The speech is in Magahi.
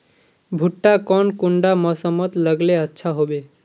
भुट्टा कौन कुंडा मोसमोत लगले अच्छा होबे?